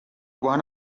won